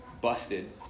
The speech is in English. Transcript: busted